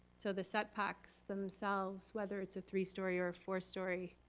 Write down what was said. so the setbacks themselves, whether it's a three story or four story,